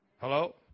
Hello